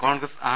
Congress R